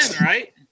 right